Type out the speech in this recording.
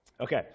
Okay